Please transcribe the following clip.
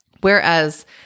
Whereas